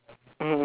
mmhmm